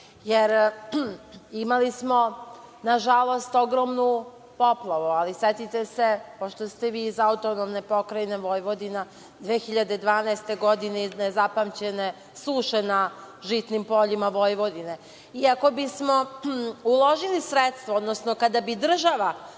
veze. Imali smo, nažalost, ogromne poplave, ali setite se, pošto ste vi iz AP Vojvodine, 2012. godine nezapamćene suše na žitnim poljima Vojvodine. Ako bismo uložili sredstva, odnosno kada bi država,